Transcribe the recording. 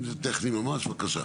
אם זה טכני ממש, בבקשה.